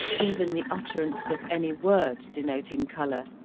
even the utterance of any word denoting colour,